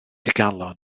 digalon